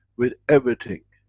with everything,